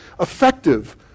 effective